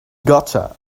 gotcha